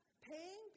Paying